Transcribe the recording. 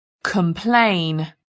complain